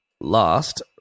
Last